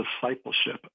discipleship